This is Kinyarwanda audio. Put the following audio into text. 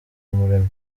umuremyi